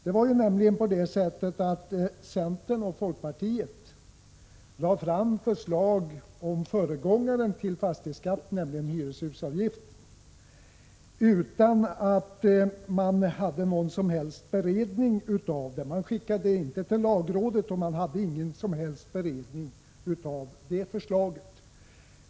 Det var nämligen på det sättet att centerpartiet och folkpartiet lade fram förslag om föregångaren till fastighetsskatten, nämligen hyreshusavgiften, utan att göra någon som helst beredning av förslaget; man skickade det inte till lagrådet.